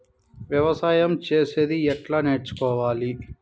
వ్యవసాయం చేసేది ఎట్లా నేర్చుకోవాలి?